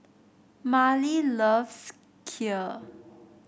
Marlie loves Kheer